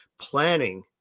planning